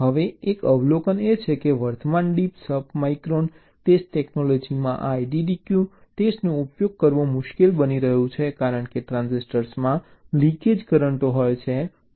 હવે એક અવલોકન એ છે કે વર્તમાન ડીપ સબ માઇક્રોન ટેસ્ટ ટેક્નોલોજીમાં આ IDDQ ટેસ્ટનો ઉપયોગ કરવો મુશ્કેલ બની રહ્યું છે કારણ કે ટ્રાન્ઝિસ્ટરમાં લીકેજ કરંટો હોય છે